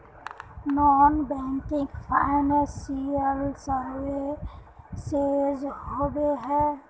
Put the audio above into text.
Non banking financial services होबे है?